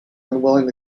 unwilling